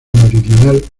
meridional